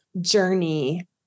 journey